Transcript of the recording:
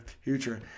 future